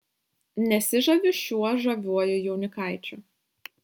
nesižaviu šiuo žaviuoju jaunikaičiu